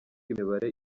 imibare